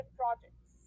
projects